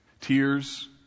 tears